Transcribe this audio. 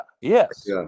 Yes